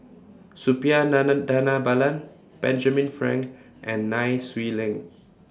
Suppiah Nana Dhanabalan Benjamin Frank and Nai Swee Leng